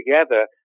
together